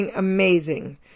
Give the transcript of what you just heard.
amazing